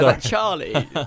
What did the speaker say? Charlie